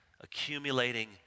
accumulating